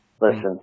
listen